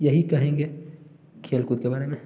यही कहेंगे खेलकूद के बारे में